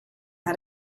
how